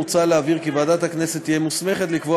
מוצע להבהיר כי ועדת הכנסת תהיה מוסמכת לקבוע